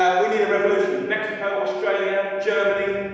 ah we need a revolution. mexico, australia, germany,